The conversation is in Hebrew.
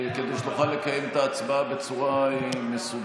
כדי שנוכל לקיים את ההצבעה בצורה מסודרת.